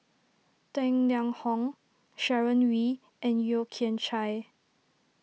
Tang Liang Hong Sharon Wee and Yeo Kian Chai